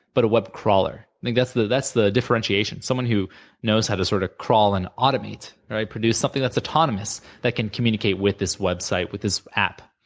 but a web crawler. i mean that's the that's the differentiation, someone who knows how to sort of crawl and automate. right? produce something that's autonomous that can communicate with this website, with this app.